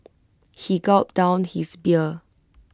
he gulped down his beer